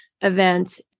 event